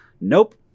Nope